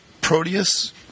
proteus